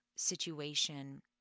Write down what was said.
Situation